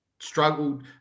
Struggled